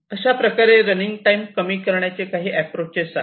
अशाप्रकारे running time कमी करण्याचे काही अॅप्रोचेस आहेत